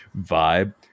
vibe